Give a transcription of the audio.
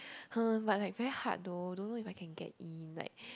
!huh! but like very hard though don't know if I can get in like